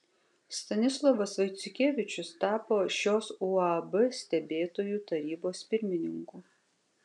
stanislovas vaiciukevičius tapo šios uab stebėtojų tarybos pirmininku